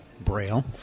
Braille